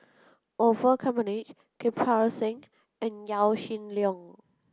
Orfeur Cavenagh Kirpal Singh and Yaw Shin Leong